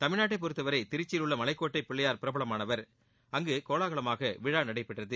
தமிழ்நாட்டை பொறுத்தவரை திருச்சியிலுள்ள மலைக்கோட்டை பிள்ளையார் பிரபலமானவர் அங்கு கோலகலமாக விழா நடைபெற்றது